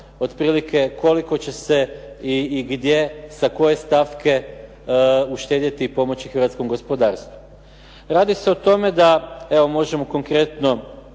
znamo koliko će se i gdje sa koje stavke uštedjeti i pomoći hrvatskom gospodarstvu. Radi se o tome da, evo radi se konkretno